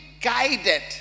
guided